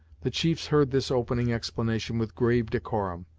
the chiefs heard this opening explanation with grave decorum,